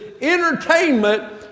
entertainment